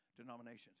denominations